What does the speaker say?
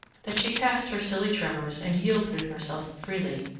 that she cast her silly tremors and yielded herself freely,